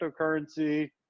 cryptocurrency